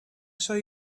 show